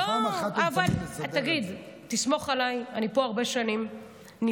אחת ולתמיד לסדר את זה.